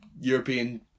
European